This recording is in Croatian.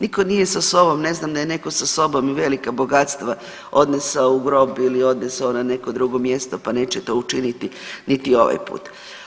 Nitko nije sa sobom, ne znam, da je netko sa sobom i velika bogatstva odnesao u grob ili odneso na neko drugo mjesto pa neće to učiniti niti ovaj put.